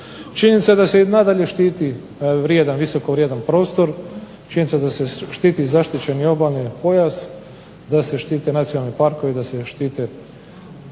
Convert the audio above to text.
Činjenica je da se i nadalje štiti vrijedan, visoko vrijedan prostor. Činjenica je da se štiti i zaštićeni obalni pojas, da se štite nacionalni parkovi, da se štite